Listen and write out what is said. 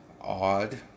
Odd